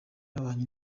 babanye